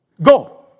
Go